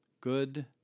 Good